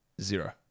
zero